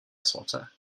swatter